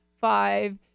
five